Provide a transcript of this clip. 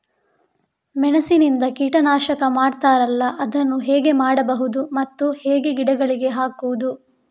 ಮೆಣಸಿನಿಂದ ಕೀಟನಾಶಕ ಮಾಡ್ತಾರಲ್ಲ, ಅದನ್ನು ಹೇಗೆ ಮಾಡಬಹುದು ಮತ್ತೆ ಹೇಗೆ ಗಿಡಗಳಿಗೆ ಹಾಕುವುದು?